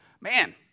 man